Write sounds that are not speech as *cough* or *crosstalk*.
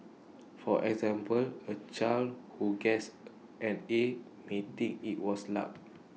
for example A child who gets *hesitation* an A may think IT was luck